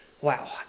Wow